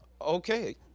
okay